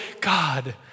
God